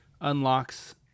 unlocks